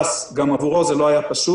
גם עבור שב"ס זה לא היה פשוט,